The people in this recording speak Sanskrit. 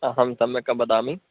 अहं सम्यक् वदामि